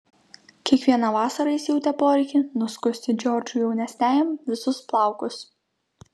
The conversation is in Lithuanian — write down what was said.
kiekvieną vasarą jis jautė poreikį nuskusti džordžui jaunesniajam visus plaukus